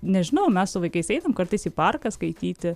nežinau mes su vaikais einam kartais į parką skaityti